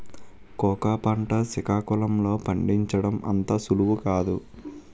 cocoa పంట సికాకుళం లో పండించడం అంత సులువు కాదు